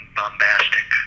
bombastic